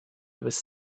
was